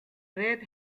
red